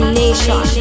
nation